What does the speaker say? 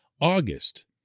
August